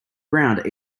ground